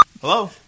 Hello